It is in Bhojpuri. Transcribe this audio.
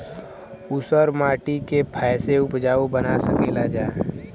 ऊसर माटी के फैसे उपजाऊ बना सकेला जा?